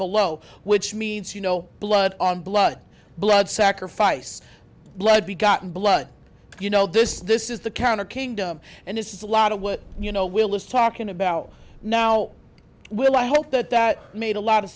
below which means you know blood on blood blood sacrifice blood be gotten blood you know this this is the counter kingdom and this is a lot of what you know will is talking about now well i hope that that made a lot of